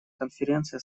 конференция